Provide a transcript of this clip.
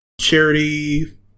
charity